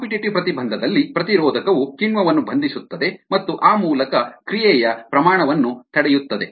competitive ಪ್ರತಿಬಂಧದಲ್ಲಿ ಪ್ರತಿರೋಧಕವು ಕಿಣ್ವವನ್ನು ಬಂಧಿಸುತ್ತದೆ ಮತ್ತು ಆ ಮೂಲಕ ಕ್ರಿಯೆಯ ರೇಟ್ ಅನ್ನು ತಡೆಯುತ್ತದೆ